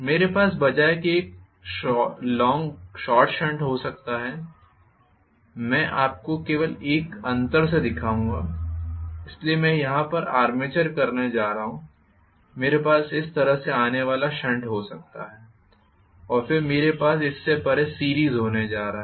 मेरे पास बजाय के एक शॉर्ट शंट हो सकता है मैं आपको केवल एक अंतर से दिखाऊंगा इसलिए मैं यहां आर्मेचर करने जा रहा हूं मेरे पास इस तरह से आने वाला शंट हो सकता है और फिर मेरे पास इससे परे सीरीस होने जा रहा है